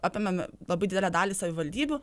apėmėme labai didelę dalį savivaldybių